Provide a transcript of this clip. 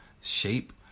shape